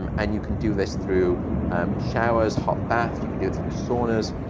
um and you can do this through um showers, hot baths, you can do it through saunas,